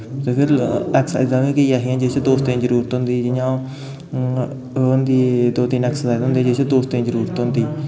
ते फिर ऐक्सर्साइजां बी केईं ऐसियां जिस्सी दोस्तें दी जरूरत होंदी जि'यां ओह् होंदी दो तिन्न ऐक्सर्साइजां होंदियां जिस्सी दोस्तें दी जरूरत होंदी